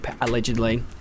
Allegedly